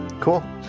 Cool